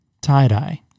Tie-dye